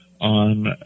on